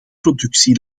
producten